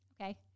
Okay